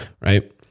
right